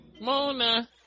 Mona